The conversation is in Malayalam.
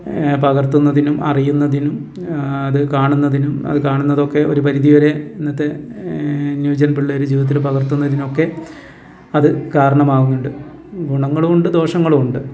പകർത്തുന്നതിനും അറിയുന്നതിനും അത് കാണുന്നതിനും അത് കാണുന്നതൊക്കെ ഒരു പരിധി വരെ ഇന്നത്തെ ന്യൂ ജൻ പിള്ളേർ ജീവിതത്തിൽ പകർത്തുന്നതിനൊക്കെ അത് കാരണമാകുന്നുണ്ട് ഗുണങ്ങളും ഉണ്ട് ദോഷങ്ങളും ഉണ്ട്